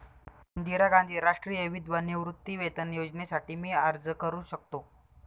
इंदिरा गांधी राष्ट्रीय विधवा निवृत्तीवेतन योजनेसाठी मी अर्ज करू शकतो?